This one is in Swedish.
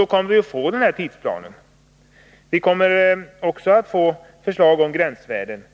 Då får vi denna tidsplan, förslagen till gränsvärden